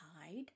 hide